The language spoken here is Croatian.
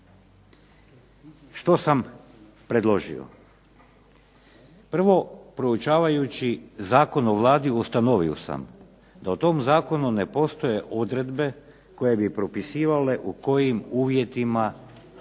Što sam predložio? Prvo, proučavaju Zakon o Vladi ustanovio sam da u tom zakonu ne postoje odredbe koje bi propisivale u kojim uvjetima članu